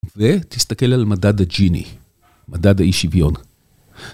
ותסתכל על מדד הג'יני, מדד האי-שוויון.